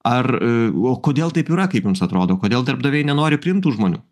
ar o kodėl taip yra kaip jums atrodo kodėl darbdaviai nenori priimt tų žmonių